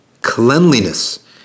Cleanliness